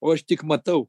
o aš tik matau